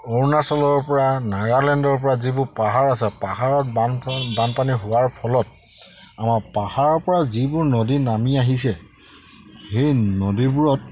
অৰুণাচলৰ পৰা নাগালেণ্ডৰ পৰা যিবোৰ পাহাৰ আছে পাহাৰত বানপান বানপানী হোৱাৰ ফলত আমাৰ পাহাৰৰ পৰা যিবোৰ নদী নামি আহিছে সেই নদীবোৰত